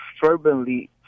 fervently